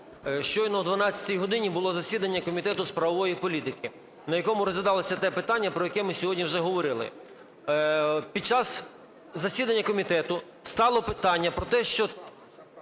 щойно о 12 годині було засідання Комітету з правової політики, на якому розглядалося те питання, про яке ми сьогодні вже говорили. Під час засідання комітету стало питання про те, що